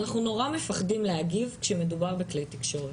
אנחנו נורא מפחדים להגיב כשמדובר בכלי תקשורת.